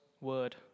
word